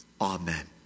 Amen